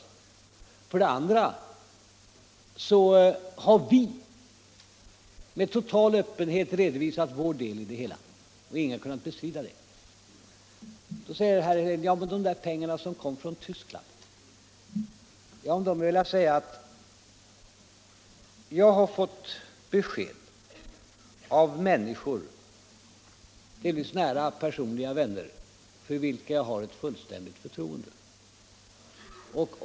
Nr 11 För det andra har vi med total öppenhet redovisat vår del i det hela, Onsdagen den och ingen har kunnat bestrida det. Då invänder herr Helén: Ja, men 29 oktober 1975 de här pengarna som kom från Tyskland? Om dem vill jag säga att jag har fått besked av människor — delvis nära personliga vänner — för — Allmänpolitisk vilka jag har ett fullständigt förtroende.